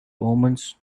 omens